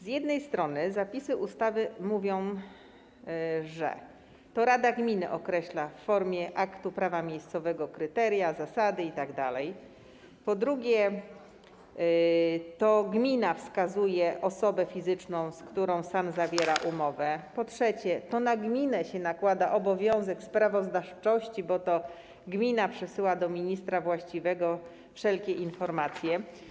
Z jednej strony zapisy ustawy mówią, że to rada gminy określa w formie aktu prawa miejscowego kryteria, zasady itd., po drugie, to gmina wskazuje osobę fizyczną, z którą SAN zawiera umowę, po trzecie, to na gminę się nakłada obowiązek sprawozdawczości, bo to gmina przesyła do ministra właściwego wszelkie informacje.